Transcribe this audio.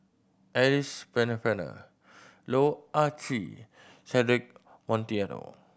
Alice Pennefather Loh Ah Chee Cedric Monteiro